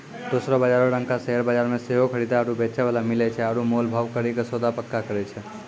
दोसरो बजारो रंगका शेयर बजार मे सेहो खरीदे आरु बेचै बाला मिलै छै आरु मोल भाव करि के सौदा पक्का करै छै